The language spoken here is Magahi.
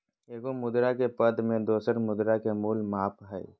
एगो मुद्रा के पद में दोसर मुद्रा के मूल्य के माप हइ